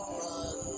run